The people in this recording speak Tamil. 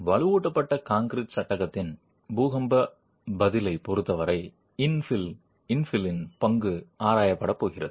வலுவூட்டப்பட்ட கான்கிரீட் சட்டகத்தின் பூகம்ப பதிலைப் பொருத்தவரை இன்ஃபிலின் பங்கு ஆராயப்படப்போகிறது